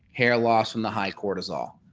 hair loss from the high cortisol.